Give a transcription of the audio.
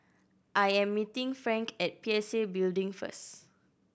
I am meeting Frank at P S A Building first